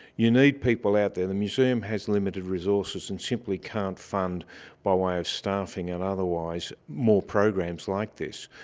you need people out there, the museum has limited resources and simply can't fund by way of staffing and otherwise more programs like this.